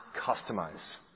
customize